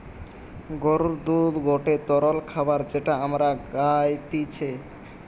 গরুর দুধ গটে তরল খাবার যেটা আমরা খাইতিছে